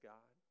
God